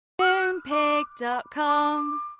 Moonpig.com